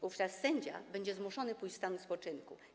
Wówczas sędzia będzie zmuszony przejść w stan spoczynku.